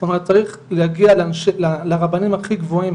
זאת אומרת צריך להגיע לרבנים הכי גבוהים,